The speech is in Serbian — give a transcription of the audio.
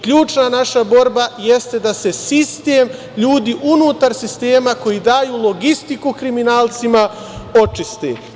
Ključna naša borba jeste da se sistem, ljudi unutar sistema, koji daju logistiku kriminalcima, očiste.